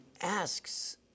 asks